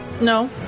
No